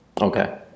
Okay